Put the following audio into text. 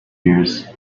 gears